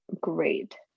great